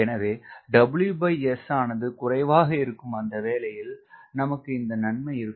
எனவே WS ஆனது குறைவாக இருக்கும் அந்த வேளையில் நமக்கு இந்த நன்மை இருக்கும்